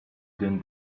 din